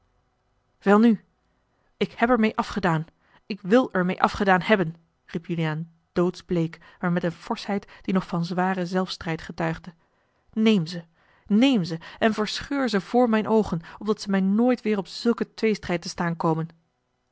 welnu ik heb er meê afgedaan ik wil er meê afgedaan hebben riep juliaan doodsbleek maar met eene forschheid die nog van zwaren zelfstrijd getuigde neem ze neem ze en verscheur ze voor mijne oogen opdat ze mij nooit weêr op zulken tweestrijd te staan komen